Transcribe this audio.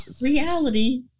reality